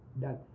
done